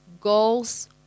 Goals